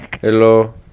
Hello